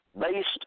based